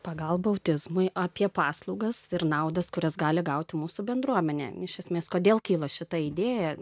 pagalba autizmui apie paslaugas ir naudas kurias gali gauti mūsų bendruomenė iš esmės kodėl kilo šita idėja